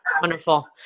Wonderful